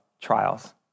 trials